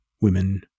women